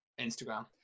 Instagram